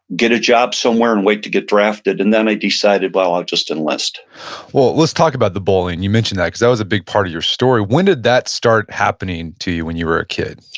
get a job somewhere, and wait to get drafted. and then, i decided, but i'll just enlist let's talk about the bullying. you mentioned that because that was a big part of your story. when did that start happening to you when you were a kid?